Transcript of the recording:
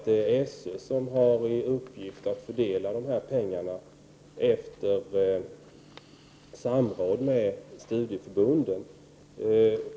Det är SÖ som har till uppgift att fördela pengarna, efter samråd med studieförbunden.